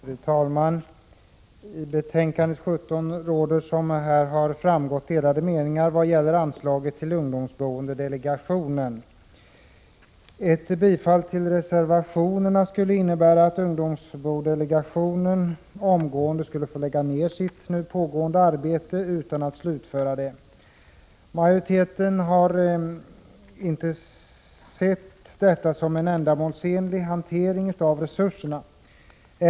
Fru talman! När det gäller betänkande 17 råder, som här har framgått, delade meningar om anslaget till ungdomsboendedelegationen. Ett bifall till reservationerna skulle innebära att ungdomsboendedelegationen omgående skulle få lägga ned sitt pågående arbete utan att slutföra det. Majoriteten har inte sett det som en ändamålsenlig hantering av resurserna.